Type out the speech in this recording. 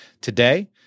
Today